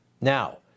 Now